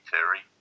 Terry